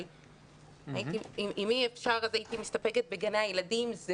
אבל אם אי אפשר אז הייתי מסתפקת בגני הילדים.